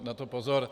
Na to pozor.